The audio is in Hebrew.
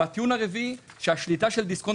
הטיעון הרביעי הוא שהשליטה של דיסקונט